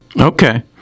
Okay